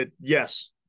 Yes